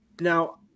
Now